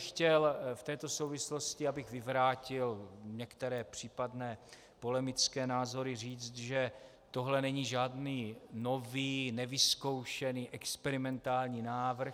Chtěl bych v této souvislosti, abych vyvrátil některé případné polemické názory, říct, že tohle není žádný nový, nevyzkoušený experimentální návrh.